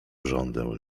żądeł